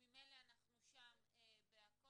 אם ממילא אנחנו שם בכול?